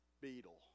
Beetle